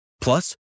Plus